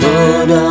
Lord